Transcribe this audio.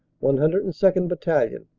one hundred and second. battalion,